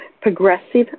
progressive